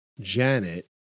Janet